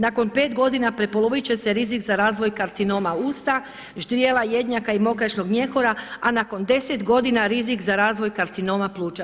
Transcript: Nakon pet godina prepolovit će se rizik za razvoj karcinoma usta, ždrijela, jednaka i mokraćnog mjehura, a nakon 10 godina rizik za razvoj karcinoma pluća.